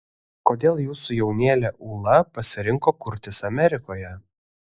kodėl jūsų jaunėlė ūla pasirinko kurtis amerikoje